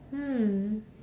hmm